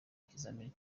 ikizamini